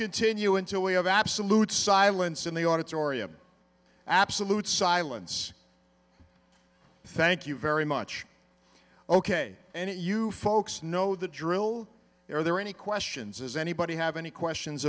continue until we have absolute silence in the auditorium absolute silence thank you very much ok and it you folks know the drill are there any questions is anybody have any questions